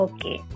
Okay